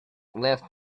left